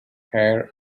hair